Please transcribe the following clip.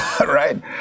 right